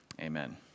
Amen